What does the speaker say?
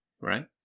right